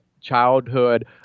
childhood